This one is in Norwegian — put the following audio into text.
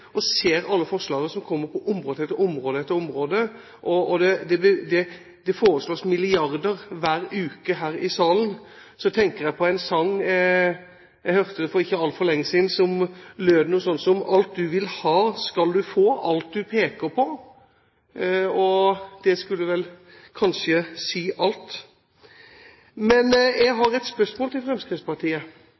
og ser alle forslagene som kommer på område etter område, og det foreslås milliarder hver uke her i salen, tenker jeg på en sang jeg hørte for ikke altfor lenge siden, som lød noe sånt som: «Alt du vil ha, skal du få, alt du peker på.» Det skulle vel kanskje si alt. Men jeg har et spørsmål til Fremskrittspartiet,